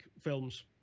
films